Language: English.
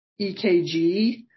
EKG